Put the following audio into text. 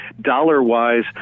dollar-wise